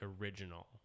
original